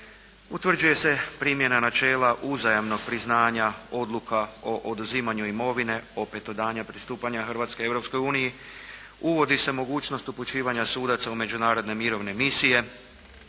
Utvrđuje se primjena načela uzajamnog priznanja odluka o oduzimanju imovine opet od dana pristupanja Hrvatske Europskoj uniji. Uvodi se mogućnost upućivanja sudaca u međunarodne mirovne misije,